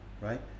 right